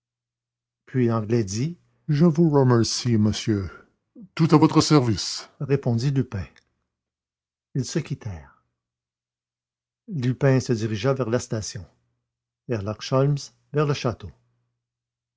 puis l'anglais dit je vous remercie monsieur tout à votre service répondit lupin ils se quittèrent lupin se dirigea vers la station herlock sholmès vers le château